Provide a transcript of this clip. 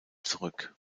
zurück